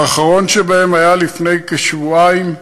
האחרון שבהם היה לפני כשבועיים.